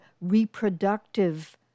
reproductive